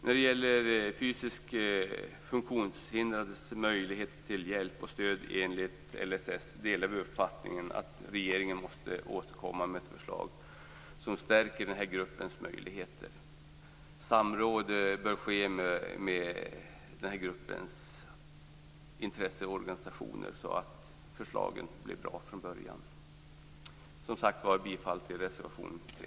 När de gäller de fysiskt funktionshindrades möjligheter till hjälp och stöd enligt LSS delar vi i Miljöpartiet uppfattningen att regeringen måste återkomma med ett förslag som stärker dessa. Samråd bör ske med gruppens intresseorganisationer, så att förslagen blir bra från början. Jag yrkar alltså bifall till reservation 3.